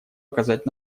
оказать